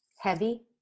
heavy